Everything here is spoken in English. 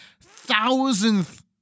thousandth